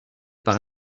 par